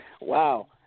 wow